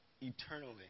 eternally